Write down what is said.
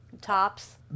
tops